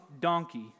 donkey